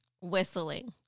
Whistling